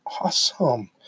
Awesome